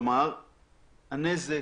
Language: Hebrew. הנזק